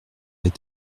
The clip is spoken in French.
est